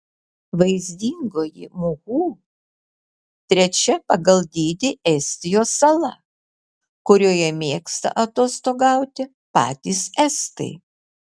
vaizdingoji muhu trečia pagal dydį estijos sala kurioje mėgsta atostogauti patys estai